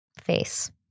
face